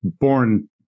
born